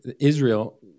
Israel